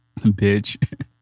bitch